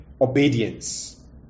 obedience